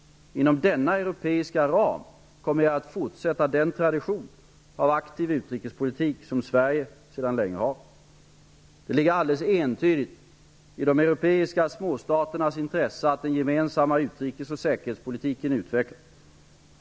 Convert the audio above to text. Inom denna europeiska ram kommer vi att fortsätta den tradition av aktiv utrikespolitik som Sverige sedan länge har. Det ligger alldeles entydigt i de europeiska småstaternas intresse att den gemensamma utrikesoch säkerhetspolitiken utvecklas.